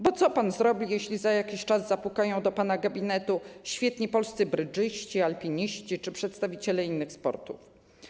Bo co pan zrobi, jeśli za jakiś czas zapukają do pana gabinetu świetni polscy brydżyści, alpiniści czy przedstawiciele innych sportów?